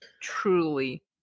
truly